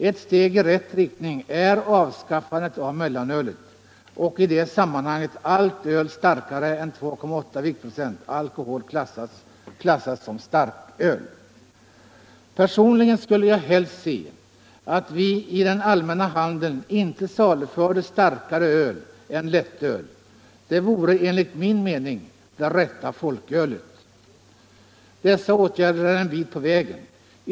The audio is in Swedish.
Ett steg i rätt riktning är avskaffandet av mellanölet, och i det sammanhanget bör allt öl starkare än 2,8 viktprocent alkohol klassas som starköl. Personligen skulle jag helst se att vi i den allmänna handeln inte saluförde starkare öl än lättöl. Det vore enligt min mening det rätta folkölet. Dessa åtgärder är en bit på vägen.